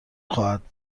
خواهد